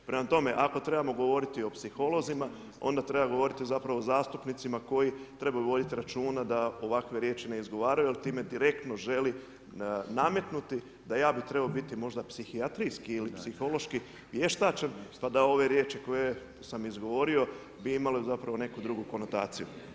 Prema tome, ako trebamo govoriti o psiholozima, onda treba govoriti zapravo o zastupnicima koji trebaju voditi računa na ovakve riječi ne izgovaraju jer time direktno želi nametnuti da ja bih trebao biti možda psihijatrijski ili psihološki vještačen pa da ove riječi koje sam izgovorio bi imale zapravo neku drugu konotaciju.